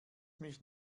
mich